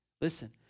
Listen